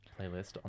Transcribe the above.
playlist